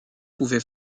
pouvait